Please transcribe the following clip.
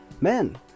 Men